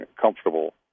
comfortable